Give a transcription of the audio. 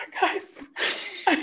guys